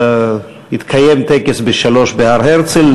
יתקיים טקס ב-15:00 בהר-הרצל.